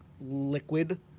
liquid